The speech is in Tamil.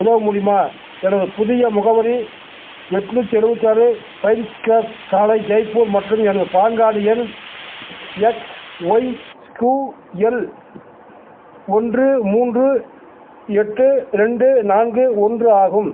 உதவ முடியுமா எனது புதிய முகவரி எட்நூற்றி எழுவத்தாறு பைன்கிரஸ்ட் சாலை ஜெய்ப்பூர் மற்றும் எனது பான் கார்டு எண் எக்ஸ்ஒய்ஸ்கூஎல் ஒன்று மூன்று எட்டு ரெண்டு நான்கு ஒன்று ஆகும்